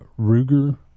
Ruger